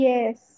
Yes